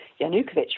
Yanukovych